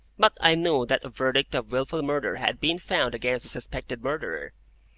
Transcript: but i knew that a verdict of wilful murder had been found against the suspected murderer,